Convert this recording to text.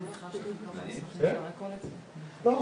כן בבקשה,